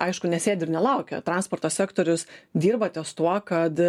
aišku nesėdi ir nelaukia transporto sektorius dirba ties tuo kad